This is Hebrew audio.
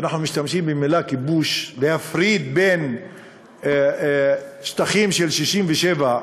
ואנחנו משתמשים במילה כיבוש להפריד בין שטחים של 67'